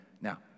Now